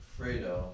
Fredo